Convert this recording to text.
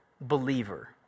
believer